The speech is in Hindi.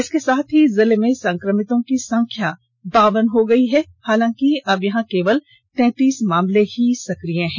इसके साथ ही जिले में संक्रमितों की संख्या बावन हो गई है हालाकि अब यहां केवल तैंतीस मामले ही सक्रिय हैं